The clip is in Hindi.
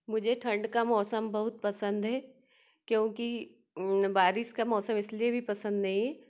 मुझे ठंड का मौसम बहुत पसंद है क्योंकि बारिश का मौसम इसलिए भी पसंद नहीं